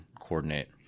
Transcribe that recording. coordinate